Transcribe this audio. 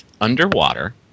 underwater